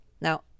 Now